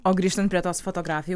o grįžtant prie tos fotografijų